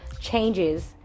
changes